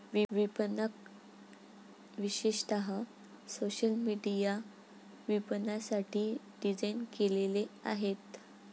विपणक विशेषतः social media विपणनासाठी डिझाइन केलेले आहेत